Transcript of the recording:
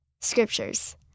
Scriptures